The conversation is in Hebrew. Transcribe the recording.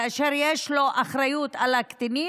כאשר יש לו אחריות לקטינים,